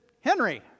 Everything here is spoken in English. Henry